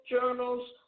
journals